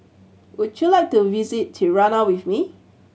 would you like to visit Tirana with me